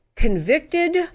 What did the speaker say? convicted